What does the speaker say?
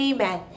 Amen